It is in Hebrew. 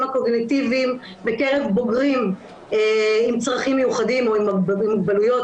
הקוגניטיביים בקרב בוגרים עם צרכים מיוחדים או עם מוגבלויות,